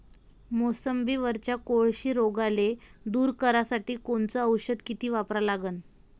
मोसंबीवरच्या कोळशी रोगाले दूर करासाठी कोनचं औषध किती वापरा लागन?